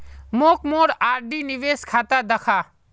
मोक मोर आर.डी निवेश खाता दखा